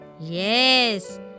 Yes